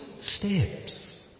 steps